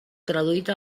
traduït